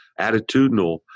attitudinal